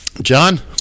John